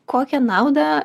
kokią naudą